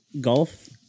Golf